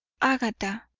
agatha,